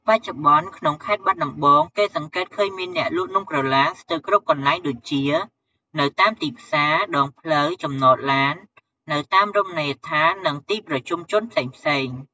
បច្ចុប្បន្នក្នុងខេត្តបាត់ដំបង គេសង្កេតឃើញមានអ្នកលក់នំក្រឡានស្ទើរគ្រប់កន្លែងដូចជា នៅតាមទីផ្សារ ដងផ្លូវ ចំណតឡាន នៅតាមរមណីយដ្ឋាន និងទីប្រជុំជនផ្សេងៗ។